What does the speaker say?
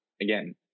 again